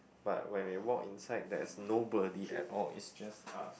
but when you walk inside there is nobody at all it's just us